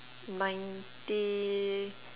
ninety